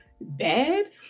bad